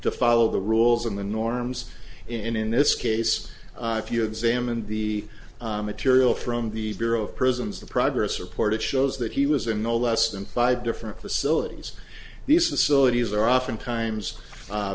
to follow the rules and the norms in this case if you examined the material from the bureau of prisons the progress report it shows that he was in no less than five different facilities these facilities are often times